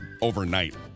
overnight